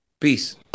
peace